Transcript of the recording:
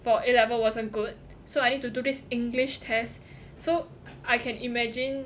for A level wasn't good so I need to do this english test so I can imagine